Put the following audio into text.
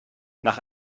nach